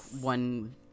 one